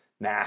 nah